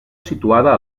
situada